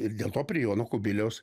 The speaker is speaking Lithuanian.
ir dėl to prie jono kubiliaus